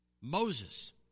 Moses